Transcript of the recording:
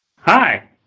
Hi